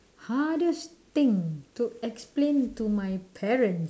hardest thing to explain to my parents